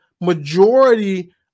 majority